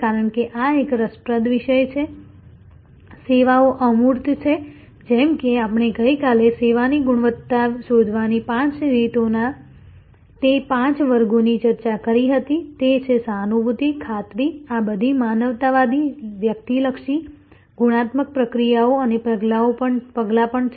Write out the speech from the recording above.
કારણ કે આ એક રસપ્રદ વિષય છે સેવાઓ અમૂર્ત છે જેમ કે આપણે ગઈકાલે સેવાની ગુણવત્તા શોધવાની પાંચ રીતોના તે પાંચ વર્ગોની ચર્ચા કરી હતી તે છે સહાનુભૂતિ ખાતરી આ બધી માનવતાવાદી વ્યક્તિલક્ષી ગુણાત્મક પ્રક્રિયાઓ અને પગલાં પણ છે